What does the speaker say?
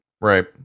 right